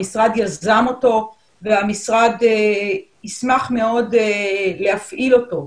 המשרד יזם אותו והמשרד ישמח מאוד להפעיל אותו.